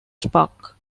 spark